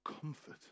comfort